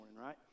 right